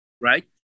right